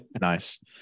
Nice